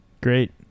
Great